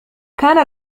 كان